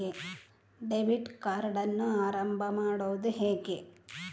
Debit ಕಾರ್ಡನ್ನು ಆರಂಭ ಮಾಡೋದು ಹೇಗೆ?